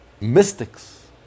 mystics